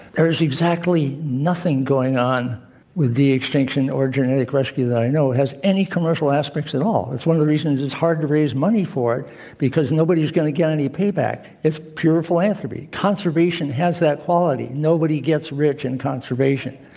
there is exactly nothing going on with the extinction or genetic rescue that i know has any commercial aspects at all. that's one of the reasons it's hard to raise money for it because nobody's going to get any feedback. it's pure philanthropy. conservation has that quality. nobody gets rich in conservation,